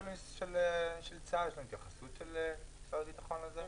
יש התייחסות של צה"ל ושל משרד הביטחון על זה?